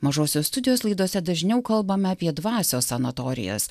mažosios studijos laidose dažniau kalbam apie dvasios sanatorijas